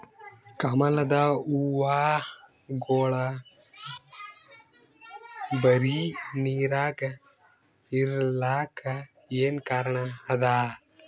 ಕಮಲದ ಹೂವಾಗೋಳ ಬರೀ ನೀರಾಗ ಇರಲಾಕ ಏನ ಕಾರಣ ಅದಾ?